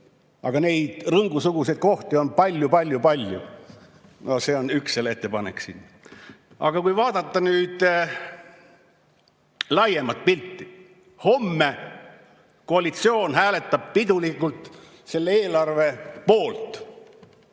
Aga neid Rõngu-suguseid kohti on palju-palju-palju. See on üks ettepanek siin eelnõus. Aga kui vaadata nüüd laiemat pilti, siis homme koalitsioon hääletab pidulikult selle eelarve poolt.